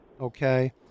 okay